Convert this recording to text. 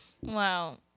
Wow